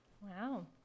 Wow